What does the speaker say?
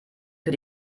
für